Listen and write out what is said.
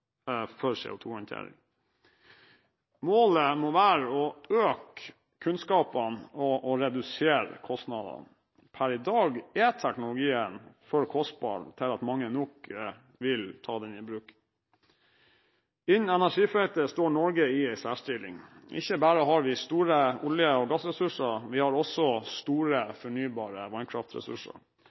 for CO2-håndtering. Målet må være å øke kunnskapene og redusere kostnadene. Per i dag er teknologien for kostbar til at mange nok vil ta den i bruk. Innen energifeltet står Norge i en særstilling. Ikke bare har vi store olje- og gassressurser, vi har også store, fornybare vannkraftressurser.